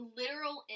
literal